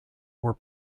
were